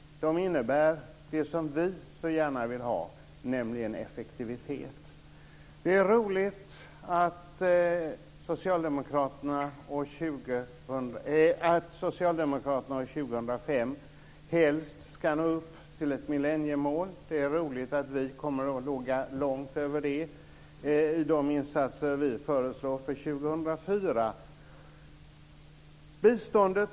De innebär det som vi så gärna vill ha, nämligen effektivitet. Det är roligt att socialdemokraterna 2005 helst ska ha nått upp till ett millenniemål. Det är roligt att vi kommer att ligga långt över det i de insatser som vi föreslår för 2004.